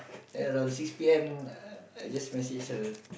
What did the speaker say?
then around six P_M I just message her